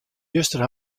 juster